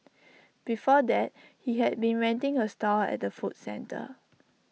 before that he had been renting A stall at the food centre